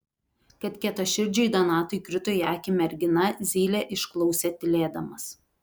kad kietaširdžiui donatui krito į akį mergina zylė išklausė tylėdamas